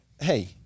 hey